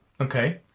Okay